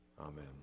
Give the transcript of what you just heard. Amen